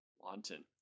Wanton